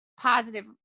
positive